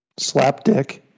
slapdick